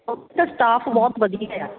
staff ਬਹੁਤ ਵਧੀਆ